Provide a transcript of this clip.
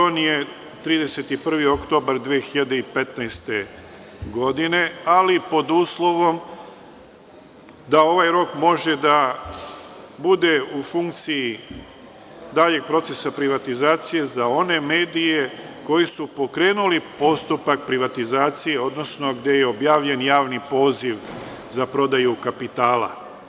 On je 31. oktobar 2015. godine, ali pod uslovom da ovaj rok može da bude u funkciji daljeg procesa privatizacije za one medije koji su pokrenuli postupak privatizacije, odnosno gde je objavljen javni poziv za prodaju kapitala.